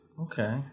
Okay